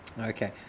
Okay